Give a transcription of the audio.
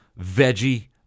veggie